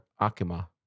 Akima